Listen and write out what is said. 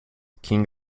king